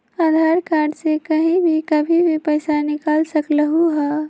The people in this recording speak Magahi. आधार कार्ड से कहीं भी कभी पईसा निकाल सकलहु ह?